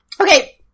Okay